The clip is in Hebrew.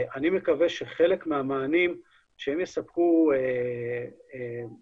אני מקווה שחלק מהמענים שהם יספקו ביישובים,